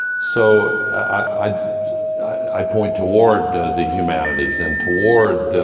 so i i point toward the humanities and toward